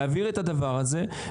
להעביר את הדבר הזה,